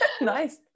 Nice